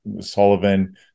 Sullivan